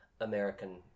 American